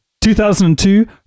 2002